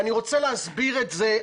ואני רוצה להסביר את זה,